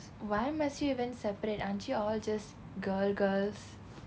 why must you even separate aren't you all just girl girls